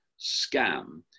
scam